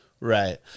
Right